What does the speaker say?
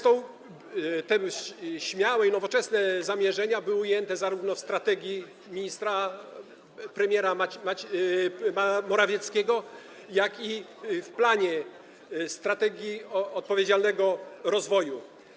Te śmiałe i nowoczesne zamierzenia były ujęte zarówno w strategii premiera Morawieckiego, jak i w planie strategii odpowiedzialnego rozwoju.